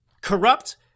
corrupt